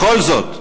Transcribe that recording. בכל זאת,